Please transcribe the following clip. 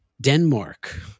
Denmark